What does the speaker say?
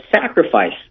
sacrifice